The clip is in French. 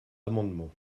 amendement